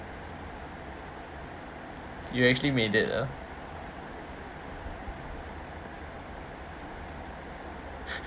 you actually made it ah